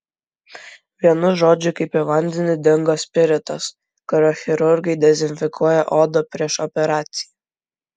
vienu žodžiu kaip į vandenį dingo spiritas kuriuo chirurgai dezinfekuoja odą prieš operaciją